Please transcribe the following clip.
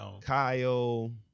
Kyle